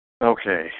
Okay